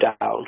down